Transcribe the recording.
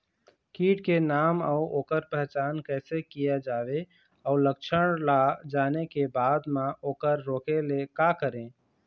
कीट के नाम अउ ओकर पहचान कैसे किया जावे अउ लक्षण ला जाने के बाद मा ओकर रोके ले का करें?